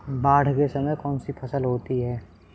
बाढ़ के समय में कौन सी फसल होती है?